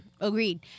Agreed